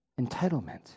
entitlement